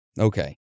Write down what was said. Okay